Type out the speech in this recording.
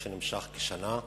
שנמשך כשנה.